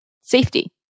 safety